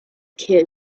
kid